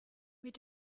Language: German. mit